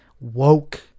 woke